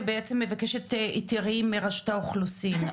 ובעצם מבקשת היתרים מרשות האוכלוסין,